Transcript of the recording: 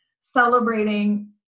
celebrating